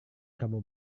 kamu